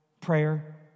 prayer